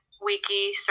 wiki